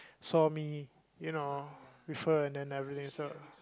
saw me you know with her and